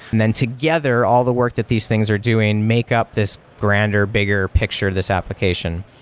and then together, all the work that these things are doing, make up this grander, bigger picture, this application.